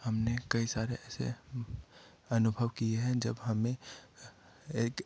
हमने कई सारे ऐसे अनुभव किए हैं जब हमें एक